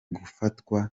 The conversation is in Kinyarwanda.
gufatwa